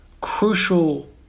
crucial